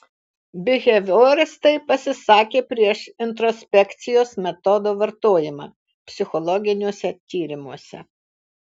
bihevioristai pasisakė prieš introspekcijos metodo vartojimą psichologiniuose tyrimuose